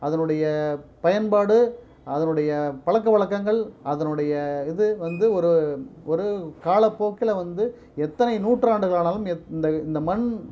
அதனுடைய பயன்பாடு அதனுடைய பழக்கவழக்கங்கள் அதனுடைய இது வந்து ஒரு ஒரு காலக்போக்கில வந்து எத்தனை நூற்றாண்டுகள் ஆனாலும் இந்த இந்த மண்